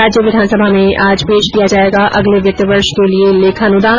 राज्य विधानसभा में आज पेश किया जायेगा अगले वित्त वर्ष के लिये लेखानुदान